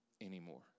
anymore